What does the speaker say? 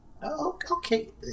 Okay